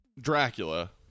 Dracula